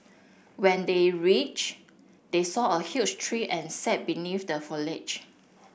when they reached they saw a huge tree and sat beneath the foliage